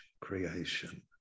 creation